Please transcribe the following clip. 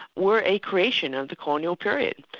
were a creation of the colonial period.